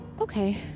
Okay